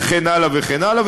וכן הלאה וכן הלאה.